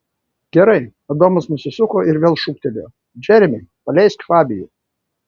gerai adomas nusisuko ir vėl šūktelėjo džeremi paleisk fabijų